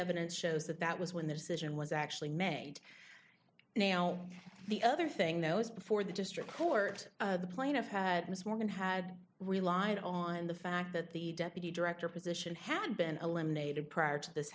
evidence shows that that was when the decision was actually made now the other thing though is before the district court the plaintiff had ms morgan had relied on the fact that the deputy director position had been eliminated prior to this